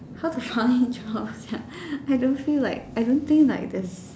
how to drop Sia I don't feel like I don't think like